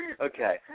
Okay